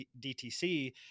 DTC